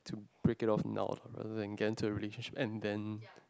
break it of now rather than dense her relationship and then